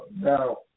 Now